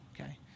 okay